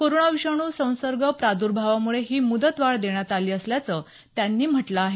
corona विषाणू संसर्ग प्राद्र्भावामुळे ही मुदतवाढ देण्यात आली असल्याचं त्यांनी म्हटलं आहे